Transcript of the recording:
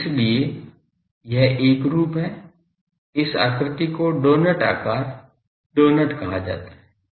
तो इसीलिए यह एकरूप है इस आकृति को डोनट आकार डोनट कहा जाता है